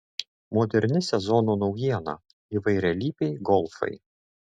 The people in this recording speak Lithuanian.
moderni sezono naujiena įvairialypiai golfai